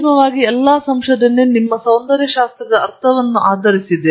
ಅಂತಿಮವಾಗಿ ಎಲ್ಲಾ ಸಂಶೋಧನೆ ನಿಮ್ಮ ಸೌಂದರ್ಯಶಾಸ್ತ್ರದ ಅರ್ಥವನ್ನು ಆಧರಿಸಿದೆ